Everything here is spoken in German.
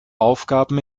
aufgaben